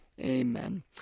Amen